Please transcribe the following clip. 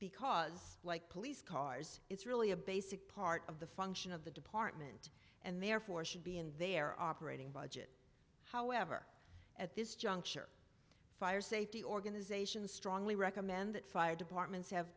because like police cars it's really a basic part of the function of the department and therefore should be in their operating budget however at this juncture fire safety organizations strongly recommend that fire departments have